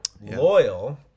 loyal